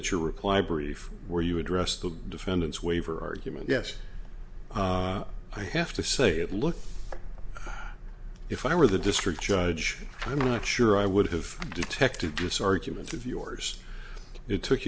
at your reply brief where you address the defendant's waiver argument yes i have to say look if i were the district judge i'm not sure i would have detected use arguments of yours it took